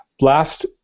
Last